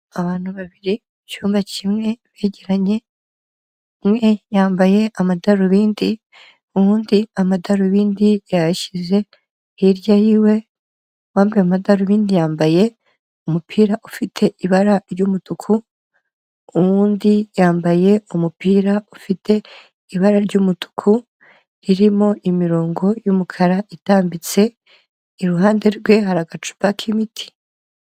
Abantu babiri ku cyumba kimwe begeranye, umwe yambaye amadarubindi uwundi amadarubindi yashyize hirya yiwe, uwambaye amadarubindi yambaye umupira ufite ibara ry'umutuku, uwundi yambaye umupira ufite ibara ry'umutuku ririmo imirongo y'umukara itambitse, iruhande rwe hari agacupa k'imiti.